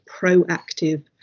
proactive